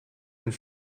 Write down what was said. and